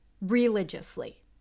religiously